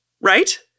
right